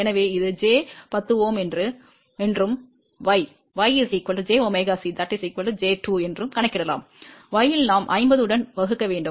எனவே இது j 10 Ω என்றும் y y jωC j 2 என்றும் கணக்கிடலாம் y இல் நாம் 50 உடன் வகுக்க வேண்டும்